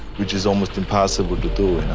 which is almost impossible to do,